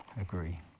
agree